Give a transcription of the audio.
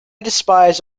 despise